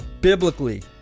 Biblically